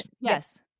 Yes